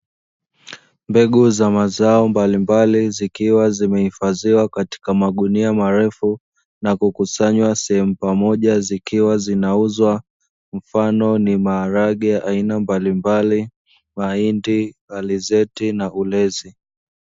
Mbegu za mazao mbalimbali, zikiwa zimehifadhiwa katika magunia marefu na kukusanywa sehemu pamoja, zikiwa zinauzwa, mfano ni; maharage aina mbalimbali na mahindi, alizeti na ulezi.